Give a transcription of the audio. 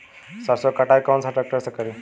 सरसों के कटाई कौन सा ट्रैक्टर से करी?